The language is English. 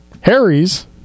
harry's